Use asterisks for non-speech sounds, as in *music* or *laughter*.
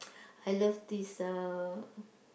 *noise* I love this uh